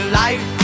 life